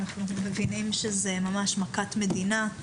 אנחנו מבינים שזה ממש מכת מדינה.